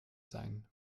sein